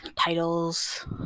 titles